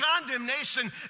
condemnation